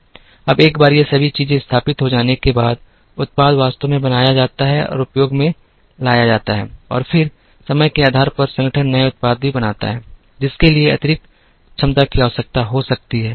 अब एक बार ये सभी चीजें स्थापित हो जाने के बाद उत्पाद वास्तव में बनाया जाता है और उपयोग में लाया जाता है और फिर समय के आधार पर संगठन नए उत्पाद भी बनाता है जिसके लिए अतिरिक्त क्षमता की आवश्यकता हो सकती है